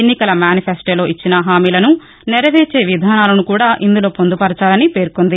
ఎన్నికల మేనిఫెస్టోలో ఇచ్చిన హామీలను నెరవేర్చే విధానాలను కూడా ఇందులో పొందుపరచాలని పేర్కొంది